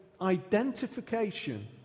identification